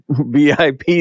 VIP